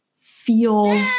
feel